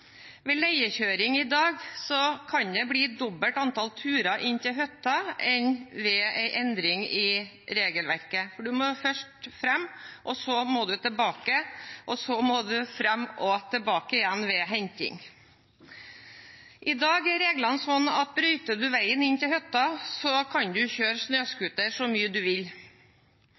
turer inn til hytta enn etter en endring av regelverket, for man må først fram og så tilbake, og så må man fram og tilbake igjen ved henting. I dag er reglene slik at hvis man brøyter veien inn til hytta, kan man kjøre så mye snøscooter man vil.